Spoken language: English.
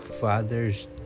father's